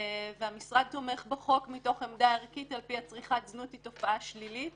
והמשרד תומך בחוק מתוך עמדה ערכית על-פיה צריכת זנות היא תופעה שלילית